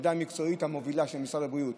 העמדה המקצועית המובילה של משרד הבריאות,